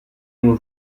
uno